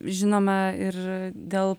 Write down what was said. žinoma ir dėl